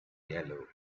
yellow